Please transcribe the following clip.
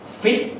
fit